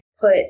put